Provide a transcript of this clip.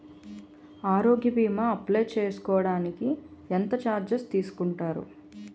ఆరోగ్య భీమా అప్లయ్ చేసుకోడానికి ఎంత చార్జెస్ తీసుకుంటారు?